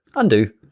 undo,